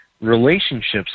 relationships